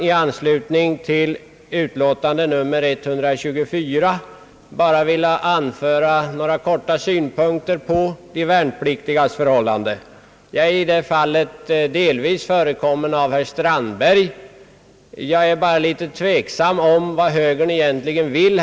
I anslutning till statsutskottets utlåtande nr 124 vill jag endast anföra några synpunkter på de värnpliktigas förhållanden. Herr Strandberg har i det fallet delvis förekommit mig. Jag är litet tveksam om vad högern egentligen vill.